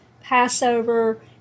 Passover